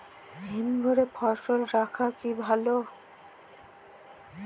হিমঘরে ফসল রাখা কি ভালো?